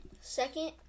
Second